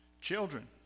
Children